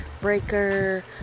breaker